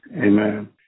Amen